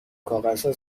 کاغذها